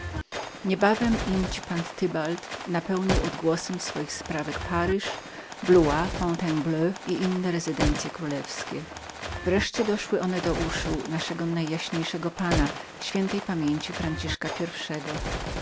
niebawem jespan tybald napełnił odgłosem swoich sprawek paryż blois fontaine belle ean i inne rezydencye królewskie wkrótce wreszcie te doszły uszu naszego najjaśniejszego pana świętej pamięci franciszka